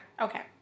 okay